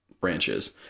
branches